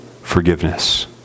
forgiveness